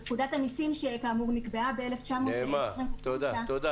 לפיו פקודת המסים שנקבעה בשנת 1920 --- תודה,